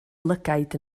lygaid